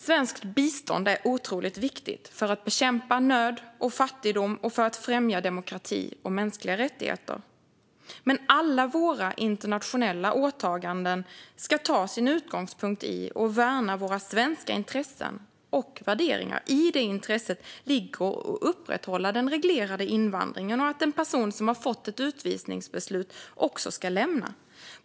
Svenskt bistånd är otroligt viktigt för att bekämpa nöd och fattigdom och för att främja demokrati och mänskliga rättigheter. Men alla våra internationella åtaganden ska ta sin utgångspunkt i och värna våra svenska intressen och värderingar. I det intresset ligger att upprätthålla den reglerade invandringen och att en person som har fått ett utvisningsbeslut också ska lämna Sverige.